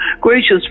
Gracious